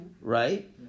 Right